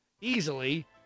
easily